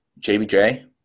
JBJ